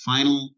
Final